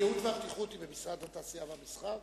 הגיהות והבטיחות הן במשרד התעשייה והמסחר?